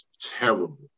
terrible